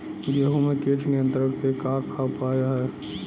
गेहूँ में कीट नियंत्रण क का का उपाय ह?